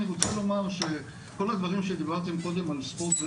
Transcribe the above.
אני רוצה לומר שכל הדברים שדיברתם קודם על ספורט,